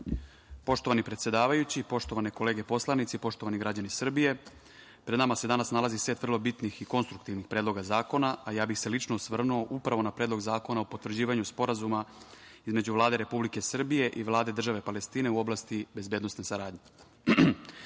predsedavajući, poštovane kolege poslanici, poštovani građani Srbije, pred nama se danas nalazi set vrlo bitnih i konstruktivnih predloga zakona, a ja bih se lično osvrnuo upravo na Predlog zakona o potvrđivanju Sporazuma između Vlade Republike Srbije i Vlade države Palestine u oblasti bezbednosne saradnje. Pre